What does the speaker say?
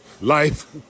life